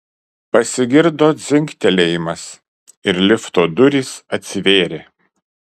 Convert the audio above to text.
pasigirdo dzingtelėjimas ir lifto durys atsivėrė